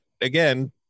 again